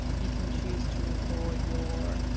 you can choose to record your,